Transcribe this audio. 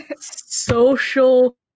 Social